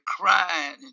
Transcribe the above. crying